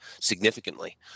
significantly